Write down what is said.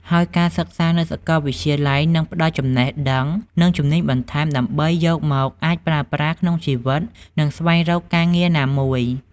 ហើយការសិក្សានៅសាកលវិទ្យាល័យនឹងផ្ដល់ចំណេះដឹង និងជំនាញបន្ថែមដើម្បីយកមកអាចប្រើប្រាស់ក្នុងជីវិត និងស្វែងរកការងារណាមួយ។